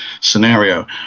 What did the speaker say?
scenario